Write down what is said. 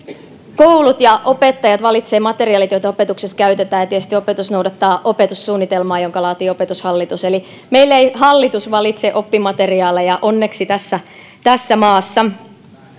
koulut ja opettajat valitsevat materiaalit joita opetuksessa käytetään ja tietysti opetus noudattaa opetussuunnitelmaa jonka laatii opetushallitus eli meillä ei hallitus onneksi valitse oppimateriaaleja tässä tässä maassa